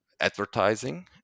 advertising